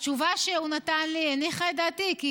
התשובה שהוא נתן לי הניחה את דעתי, כי